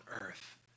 earth